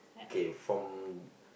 K from